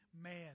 Man